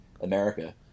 America